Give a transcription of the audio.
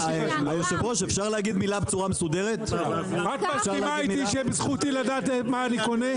את מסכימה איתי שזכותי לדעת מה אני קונה?